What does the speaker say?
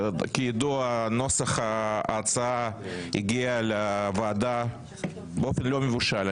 כידוע נוסח ההצעה הגיע לוועדה באופן לא מבושל,